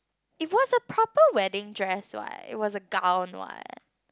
it was a proper wedding dress so I it was a gown what